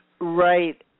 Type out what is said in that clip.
Right